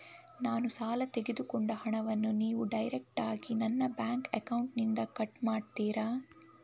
ನಾನು ಸಾಲ ತೆಗೆದುಕೊಂಡ ಹಣವನ್ನು ನೀವು ಡೈರೆಕ್ಟಾಗಿ ನನ್ನ ಬ್ಯಾಂಕ್ ಅಕೌಂಟ್ ಇಂದ ಕಟ್ ಮಾಡ್ತೀರಾ?